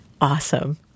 awesome